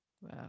Wow